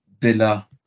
Villa